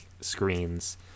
screens